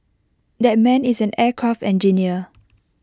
that man is an aircraft engineer